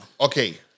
Okay